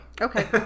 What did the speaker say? Okay